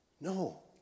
No